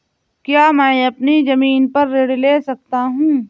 क्या मैं अपनी ज़मीन पर ऋण ले सकता हूँ?